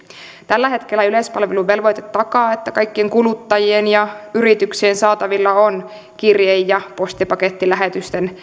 tällä hetkellä yleispalveluvelvoite takaa että kaikkien kuluttajien ja yrityksien saatavilla on kirje ja postipakettilähetysten